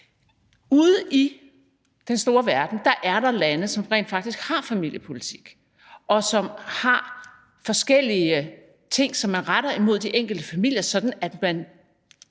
Ude i den store verden er der lande, som rent faktisk har familiepolitik, og som har forskellige ting, som man retter imod de enkelte familier, sådan at man